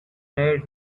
made